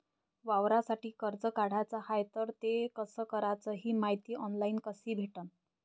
वावरासाठी कर्ज काढाचं हाय तर ते कस कराच ही मायती ऑनलाईन कसी भेटन?